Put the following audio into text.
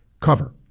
cover